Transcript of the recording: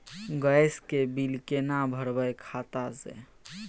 Gas के bill केना भरबै खाता से?